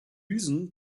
düsen